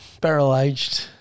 barrel-aged